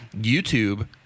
YouTube